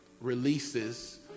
releases